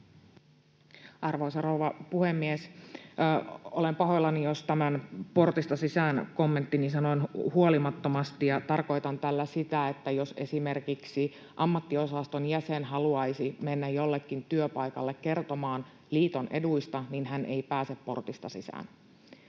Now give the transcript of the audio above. Arvoisa rouva puhemies! Olen pahoillani, jos tämän ”portista sisään” -kommenttini sanoin huolimattomasti. Tarkoitan tällä sitä, että jos esimerkiksi ammattiosaston jäsen haluaisi mennä jollekin työpaikalle kertomaan liiton eduista, niin hän ei pääse portista sisään.